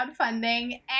crowdfunding